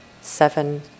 seven